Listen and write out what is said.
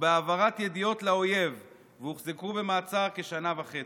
ובהעברת ידיעות לאויב והוחזקו במעצר כשנה וחצי.